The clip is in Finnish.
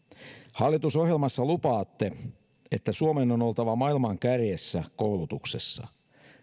hallitusohjelmassa lupaatte että suomen on oltava maailman kärjessä koulutuksessa